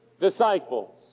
disciples